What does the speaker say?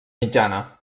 mitjana